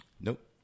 Nope